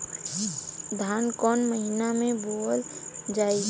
धान कवन महिना में बोवल जाई?